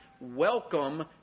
welcome